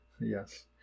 Yes